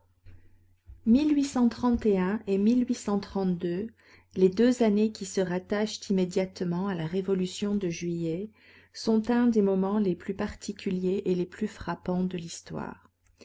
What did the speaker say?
et les deux années qui se rattachent immédiatement à la révolution de juillet sont un des moments les plus particuliers et les plus frappants de l'histoire